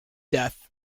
death